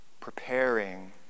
preparing